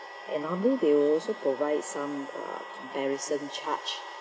and normally they will also provide some uh comparison charts